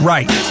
Right